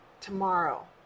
tomorrow